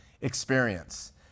experience